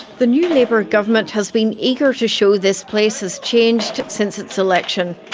the new labor government has been eager to show this place has changed since its election.